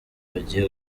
bagiye